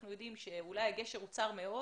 אנחנו יודעים שאולי הגשר צר מאוד